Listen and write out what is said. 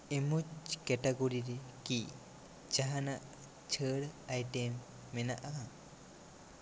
emoji category ᱨᱮ ᱠᱤ ᱡᱟᱦᱟᱸᱱᱟᱜ ᱪᱷᱟᱹᱲ ᱟᱭᱴᱮᱢ ᱢᱮᱱᱟᱜᱼᱟ